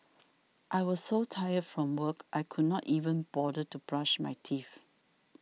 I was so tired from work I could not even bother to brush my teeth